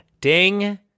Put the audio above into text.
Ding